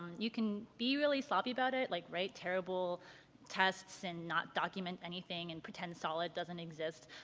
you can be really sloppy about it like write terrible tests and not document anything and pretend solid doesn't exist.